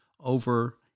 over